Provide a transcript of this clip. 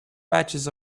patches